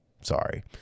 sorry